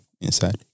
inside